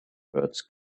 birds